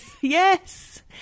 Yes